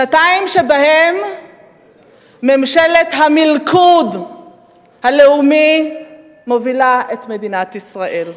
שנתיים שבהן ממשלת המלכוד הלאומי מובילה את מדינת ישראל.